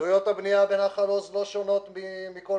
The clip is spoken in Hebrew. עלויות הבניה בנחל עוז לא שונות מכל